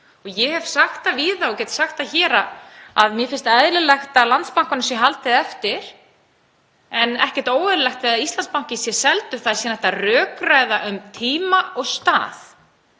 Ég hef sagt það víða og get sagt það hér að mér finnst eðlilegt að Landsbankanum sé haldið eftir en ekkert óeðlilegt við að Íslandsbanki sé seldur. Það er síðan hægt að rökræða um tíma og stað.